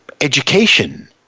education